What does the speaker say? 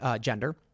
gender